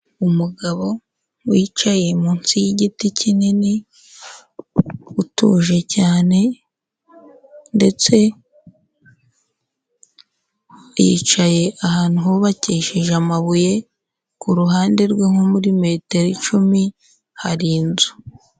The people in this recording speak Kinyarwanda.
Umugabo wicaye munsi y'igiti kinini, utuje cyane ndetse yicaye ahantu hubakishije amabuye, ku ruhande rwe nko muri metero icumi hari inzu.